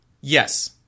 Yes